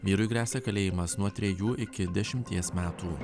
vyrui gresia kalėjimas nuo trejų iki dešimties metų